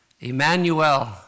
Emmanuel